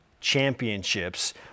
championships